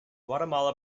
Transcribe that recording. guatemala